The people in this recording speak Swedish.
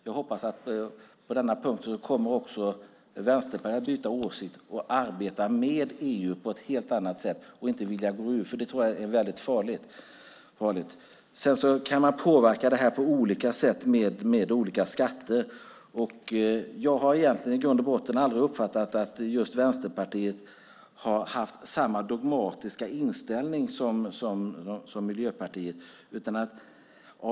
Jag hoppas att även Vänsterpartiet på denna punkt kommer att byta åsikt och arbeta med EU på ett helt annat sätt och inte vilja gå ur. Det här kan man påverka på olika sätt med olika skatter. Jag har egentligen i grund och botten aldrig uppfattat att Vänsterpartiet har haft samma dogmatiska inställning som Miljöpartiet i kärnkraftsfrågan.